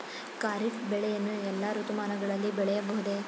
ಖಾರಿಫ್ ಬೆಳೆಯನ್ನು ಎಲ್ಲಾ ಋತುಮಾನಗಳಲ್ಲಿ ಬೆಳೆಯಬಹುದೇ?